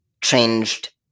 changed